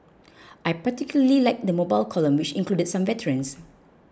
I particularly liked the mobile column which included some veterans